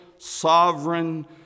sovereign